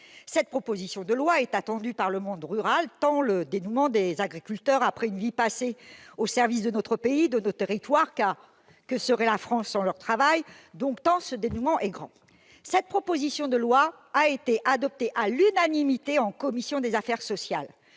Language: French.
Cette proposition de loi est attendue par le monde rural tant est grand le dénuement des agriculteurs après une vie passée au service de notre pays et de nos territoires- car que serait la France sans leur travail ? Cette proposition de loi a été adoptée à l'unanimité en commission des affaires sociales.